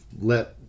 let